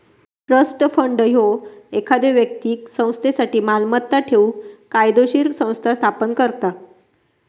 trust fund ह्यो एखाद्यो व्यक्तीक संस्थेसाठी मालमत्ता ठेवूक कायदोशीर संस्था स्थापन करता